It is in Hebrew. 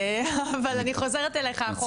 אבל אני חוזרת אליך אחורה,